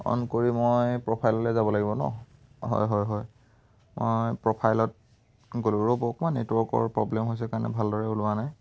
on কৰি মই প্ৰফাইললৈ যাব লাগিব ন' হয় হয় হয় মই প্ৰফাইলত গ'লোঁ ৰ'ব অকণমান নেটৱৰ্কৰ প্ৰবলেম হৈছে কাৰণে ভালদৰে ওলোৱা নাই